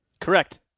Correct